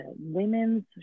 women's